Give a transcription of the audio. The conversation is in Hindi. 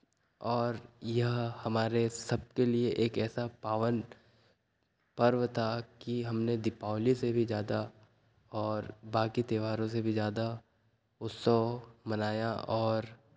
और यह हमारे सबके लिए एक ऐसा पावन पर्व था कि हमने दीपावली से भी ज्यादा और बाकी त्योहारों से भी ज्यादा उत्सव मनाया और